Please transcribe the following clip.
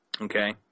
Okay